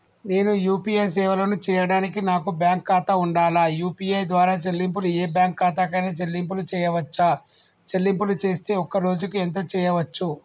నేను యూ.పీ.ఐ సేవలను చేయడానికి నాకు బ్యాంక్ ఖాతా ఉండాలా? యూ.పీ.ఐ ద్వారా చెల్లింపులు ఏ బ్యాంక్ ఖాతా కైనా చెల్లింపులు చేయవచ్చా? చెల్లింపులు చేస్తే ఒక్క రోజుకు ఎంత చేయవచ్చు?